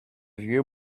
vieux